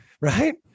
right